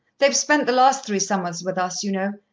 they've spent the last three summers with us, you know.